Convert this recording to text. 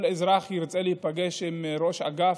אם כל אזרח ירצה להיפגש עם ראש אגף,